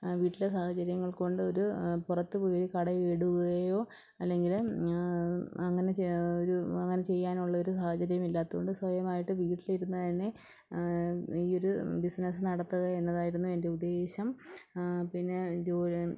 വീട്ടിലെ സാഹചര്യങ്ങൾ കൊണ്ട് ഒരു പുറത്ത് പോയി കട ഇടുകയോ അല്ലെങ്കില് അങ്ങനെ ചെയ്യാൻ ഒരു അങ്ങനെ ചെയ്യാനുള്ള ഒരു സാഹചര്യം ഇല്ലാത്തത് കൊണ്ട് സ്വയമായിട്ട് വീട്ടിലിരുന്ന് തന്നെ ഈ ഒരു ബിസിനസ്സ് നടത്തുക എന്നതായിരുന്നു എൻറ്റെ ഉദ്ദേശം പിന്നെ ജു